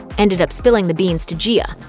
ended up spilling the beans to gia. ah